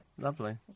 Lovely